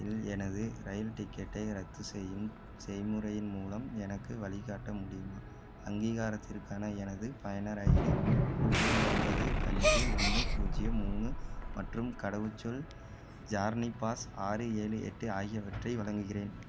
இல் எனது ரயில் டிக்கெட்டை ரத்து செய்யும் செய்முறையின் மூலம் எனக்கு வழிகாட்ட முடியுமா அங்கீகாரத்திற்கான எனது பயனர் ஐடி பூஜ்ஜியம் ஒன்பது அஞ்சு ஒன்று பூஜ்ஜியம் மூணு மற்றும் கடவுச்சொல் ஜார்னிபாஸ் ஆறு ஏழு எட்டு ஆகியவற்றை வழங்குகிறேன்